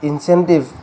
incentives